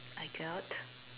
I got